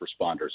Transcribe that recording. responders